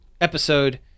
episode